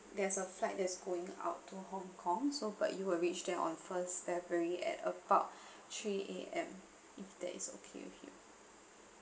there's a flight that's going out to hong kong so but you will reach there on first february at about three A_M if that's okay with you